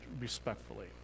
respectfully